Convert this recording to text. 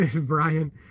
brian